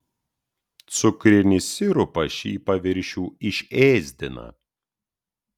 cukrinis sirupas šį paviršių išėsdina